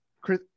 chris